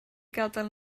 gadael